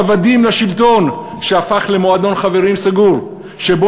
עבדים לשלטון שהפך למועדון חברים סגור שבו